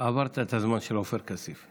עברת את הזמן של עופר כסיף.